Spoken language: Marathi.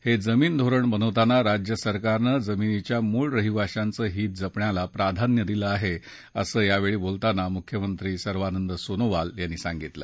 हे जमीन धोरण बनवताना राज्य सरकारनं जमिनीच्या मूळ रहिवाशांचं हित जपण्याला प्राधान्य दिलं आहे असं यावेळी बोलताना मुख्यमंत्री सर्वानंद सोनोवाल यांनी सांगितलं